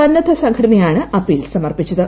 സന്നദ്ധ സംഘടനയാണ് അപ്പീൽ സമർപ്പിച്ചത്